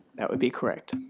that would be correct.